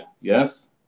Yes